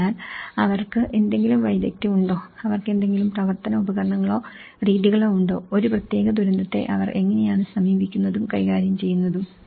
അതിനാൽ അവർക്ക് എന്തെങ്കിലും വൈദഗ്ദ്ധ്യം ഉണ്ടോ അവർക്ക് എന്തെങ്കിലും പ്രവർത്തന ഉപകരണങ്ങളോ രീതികളോ ഉണ്ടോ ഒരു പ്രത്യേക ദുരന്തത്തെ അവർ എങ്ങനെയാണ് സമീപിക്കുന്നതും കൈകാര്യം ചെയ്യുന്നതും